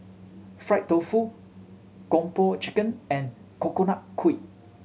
fried tofu Kung Po Chicken and Coconut Kuih